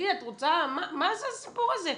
מה זה הסיפור הזה?